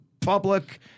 public